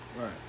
Right